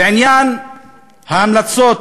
לעניין ההמלצות